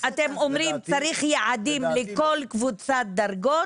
ואתם אומרים שצריך יעדים בכל קבוצת דרגות.